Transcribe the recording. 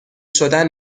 شدن